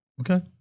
Okay